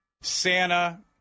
Santa